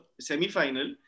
semi-final